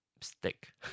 stick